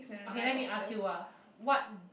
okay let me ask you !wah! what